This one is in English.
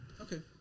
Okay